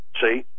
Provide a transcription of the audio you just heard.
See